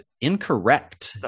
incorrect